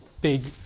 big